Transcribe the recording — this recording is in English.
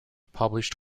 published